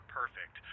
perfect